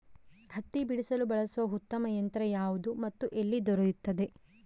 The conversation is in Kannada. ಹತ್ತಿ ಬಿಡಿಸಲು ಬಳಸುವ ಉತ್ತಮ ಯಂತ್ರ ಯಾವುದು ಮತ್ತು ಎಲ್ಲಿ ದೊರೆಯುತ್ತದೆ?